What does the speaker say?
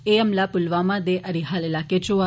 एह् हमला पुलवामा दे अरिहाल इलाके च होआ